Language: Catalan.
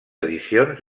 edicions